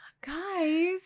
guys